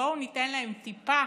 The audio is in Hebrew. בואו ניתן להם טיפה